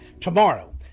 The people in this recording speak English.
Tomorrow